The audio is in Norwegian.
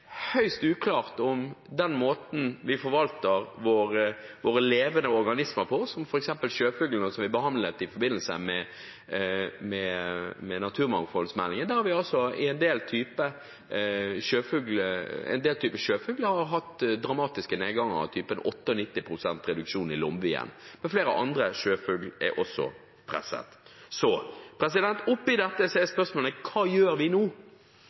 den måten vi forvalter våre levende organismer på, som f.eks. spørsmålet om sjøfuglene som vi behandlet i forbindelse med naturmangfoldmeldingen, der vi ser at vi har hatt en dramatisk nedgang i antallet sjøfugl, f.eks. 98 pst. reduksjon av lomvi. Flere andre sjøfugler er også presset. Så oppi dette er spørsmålet: Hva gjør vi nå?